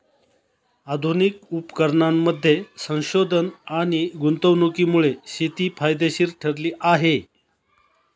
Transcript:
आधुनिक उपकरणांमध्ये संशोधन आणि गुंतवणुकीमुळे शेती फायदेशीर ठरली आहे